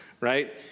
right